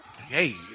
hey